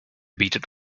bietet